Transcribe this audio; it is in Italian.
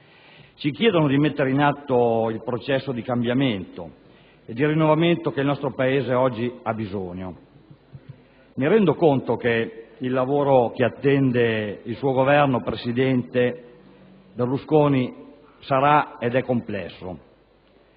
Ci chiedono di mettere in atto il processo di cambiamento e di rinnovamento di cui il nostro Paese oggi ha bisogno. Mi rendo conto che il lavoro che attende il suo Governo, presidente Berlusconi, sarà ed è complesso.